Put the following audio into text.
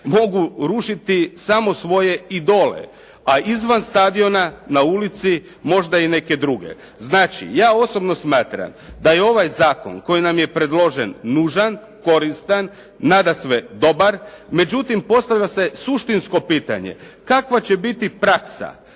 mogu rušiti samo svoje idole. A izvan stadiona na ulici možda i neke druge. Znači ja osobno smatram koji nam je predložen, nužan, koristan, nadasve dobar. Međutim, postavilo se suštinsko pitanje kakva će biti praksa,